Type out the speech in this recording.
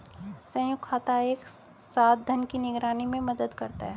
संयुक्त खाता एक साथ धन की निगरानी में मदद करता है